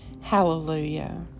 Hallelujah